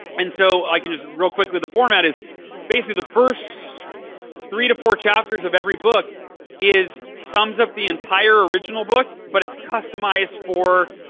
and so, i mean just real quickly, the format is basically the first three to four chapters of every book sums up the entire original book but it's customized for